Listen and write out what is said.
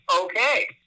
okay